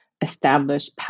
established